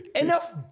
enough